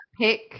pick